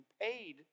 paid